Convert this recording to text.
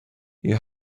you